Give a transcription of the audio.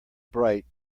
bright